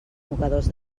mocadors